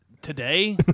today